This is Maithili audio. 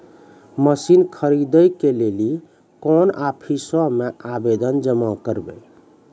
मसीन खरीदै के लेली कोन आफिसों मे आवेदन जमा करवै?